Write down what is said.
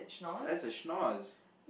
that's a schnozz